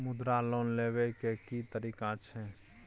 मुद्रा लोन लेबै के की तरीका छै?